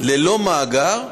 ללא מאגר,